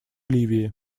ливии